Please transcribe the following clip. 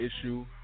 issue